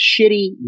shitty